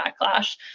backlash